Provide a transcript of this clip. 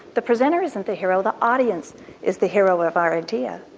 the presenter isn't the hero, the audience is the hero of our idea.